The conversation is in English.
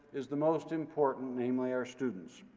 is the most important, namely our students.